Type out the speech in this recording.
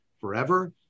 forever